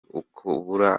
ukabura